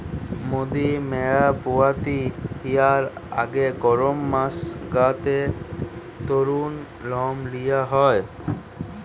মাদি ম্যাড়া পুয়াতি হিয়ার আগে গরম মাস গা তে তারুর লম নিয়া হয়